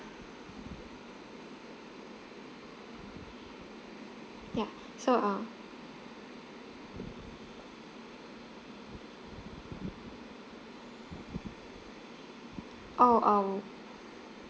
ya so uh oh um